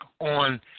on